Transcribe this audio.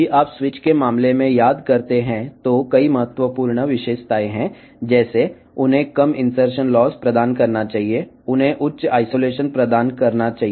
ఇప్పుడు స్విచ్ విషయంలో మీరు గుర్తుంచుకుంటే వివిధ ముఖ్యమైన లక్షణాలు ఉన్నాయి అవి తక్కువ ఇన్సర్షన్ లాస్ మరియు హై ఐసొలేషన్ అందించాలి